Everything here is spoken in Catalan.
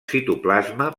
citoplasma